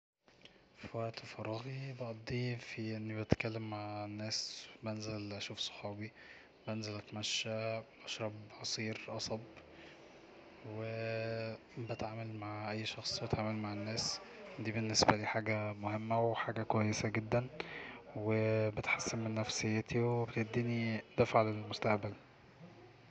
"في وقت فراغي بقضيه اني بتكلم مع الناس بنزل اشوف صحابي بنزا اتمشى بشرب عصير قصب و بتعامل مع اي شخص بتعامل مع الناس دي بالنسبالي حاجة مهمة وحاجة كويسة جدا ويتحسن من نفسيتي وبتديني دفعة للمستقبل"